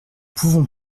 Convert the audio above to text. pouvons